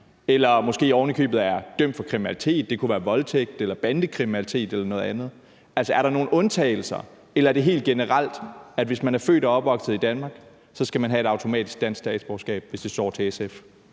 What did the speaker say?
eller som måske ovenikøbet er dømt for kriminalitet som f.eks. voldtægt, bandekriminalitet eller noget andet? Altså, er der nogle undtagelser, eller er det helt generelt, at hvis man er født og opvokset i Danmark, skal man automatisk have dansk statsborgerskab, hvis det står til SF?